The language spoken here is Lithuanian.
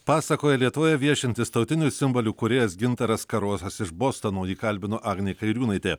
pasakoja lietuvoje viešintis tautinių simbolių kūrėjas gintaras karosas iš bostono jį kalbino agnė kairiūnaitė